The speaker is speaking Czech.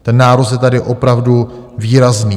Ten nárůst je tady opravdu výrazný.